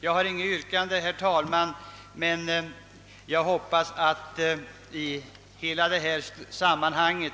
Jag har inget yrkande, herr talman, men jag hoppas att man i hela detta sammanhang